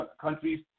countries